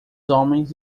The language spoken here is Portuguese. homens